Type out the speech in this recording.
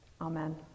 Amen